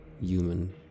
human